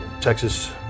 Texas